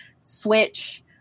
switch